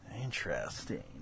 Interesting